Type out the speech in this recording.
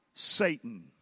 Satan